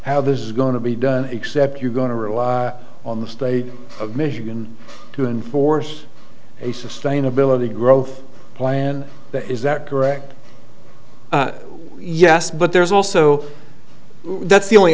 how this is going to be done except you're going to rely on the state of michigan to enforce a sustainability growth plan is that correct yes but there's also that's the only